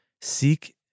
seek